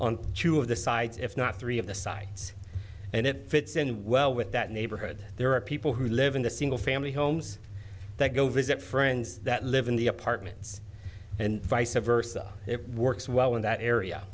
on two of the sides if not three of the sites and it fits in well with that neighborhood there are people who live in the single family homes that go visit friends that live in the apartments and vice versa it works well in that area